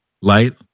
light